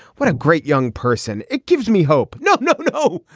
what a great young person. it gives me hope. no no no.